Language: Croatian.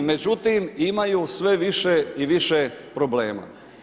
Međutim, imaju sve više i više problema.